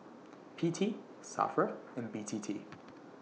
P T SAFRA and B T T